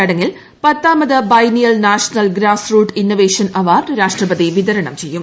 ചടങ്ങിൽ പത്ത്മൂത് biennial national grassroot innovation award രീഷ്ട്രിക്കുപതി വിതരണം ചെയ്യും